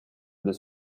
this